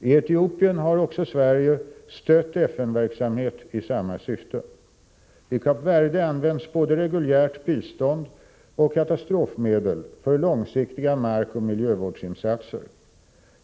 I Etiopien har Sverige också stött FN-verksamhet i samma syfte. I Kap Verde används både reguljärt bistånd och katastrofmedel för långsiktiga markoch miljövårdsinsatser.